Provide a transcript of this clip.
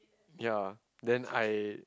ya then I